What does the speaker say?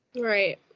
Right